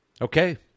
Okay